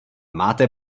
máte